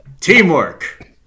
teamwork